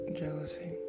jealousy